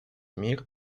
мир